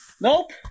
Nope